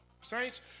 Saints